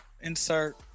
insert